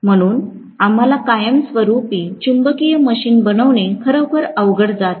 म्हणून आम्हाला कायमस्वरुपी चुंबकीय मशीन बनविणे खरोखर अवघड जात आहे